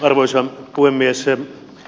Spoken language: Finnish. arvoisa puhemies